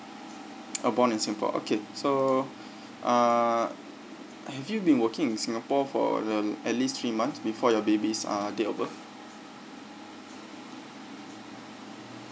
uh born in singapore okay so uh have you been working in singapore for the at least three months before your baby's uh date of birth